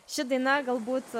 ši daina galbūt